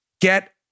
Get